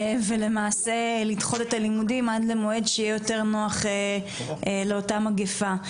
ולמעשה לדחות את הלימודים עד למועד שיהיה יותר נוח לאותה מגפה.